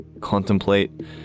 contemplate